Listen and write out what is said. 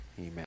Amen